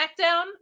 SmackDown